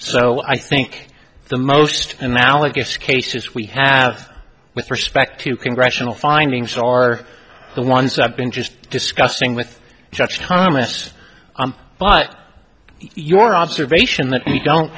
so i think the most analogous cases we have with respect to congressional findings are the ones i've been just discussing with judge thomas but you